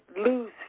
lose